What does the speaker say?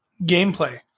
gameplay